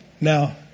Now